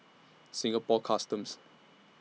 Singapore Customs